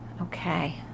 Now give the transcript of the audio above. Okay